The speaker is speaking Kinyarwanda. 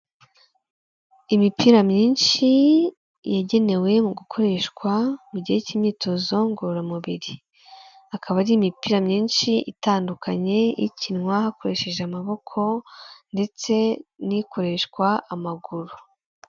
Imipira myinshi yagenewe mu gukoreshwa mu gihe cy'imyitozo ngororamubiri. Akaba ari imipira myinshi itandukanye, ikinwa hakoreshejwe amaboko, ndetse n'ikoreshwa amaguru.